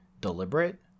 deliberate